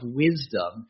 wisdom